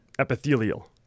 Epithelial